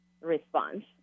response